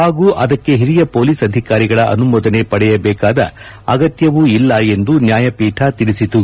ಹಾಗೂ ಅದಕ್ಕೆ ಹಿರಿಯ ಹೊಲೀಸ್ ಅಧಿಕಾರಿಗಳ ಅನುಮೋದನೆ ಪಡೆಯಬೇಕಾದ ಅಗತ್ತವೂ ಇಲ್ಲ ಎಂದು ನ್ಯಾಯಪೀಠ ತಿಳಿಸಿತು